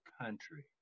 country